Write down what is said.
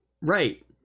right